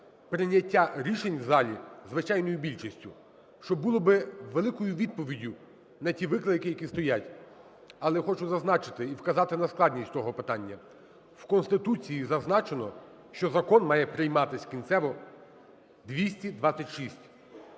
прийняття рішень в залі звичайною більшістю, що було би великою відповіддю на ті виклики, які стоять. Але хочу зазначити і вказати на складність того питання. В Конституції зазначено, що закон має прийматися кінцево 226